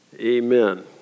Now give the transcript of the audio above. Amen